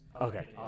Okay